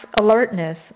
alertness